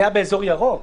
100 באזור ירוק.